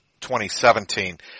2017